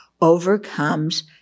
overcomes